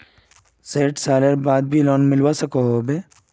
सैट सालेर बाद भी लोन मिलवा सकोहो होबे?